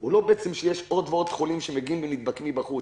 זה לא שבעצם יש עוד ועוד חולים שנדבקים מבחוץ.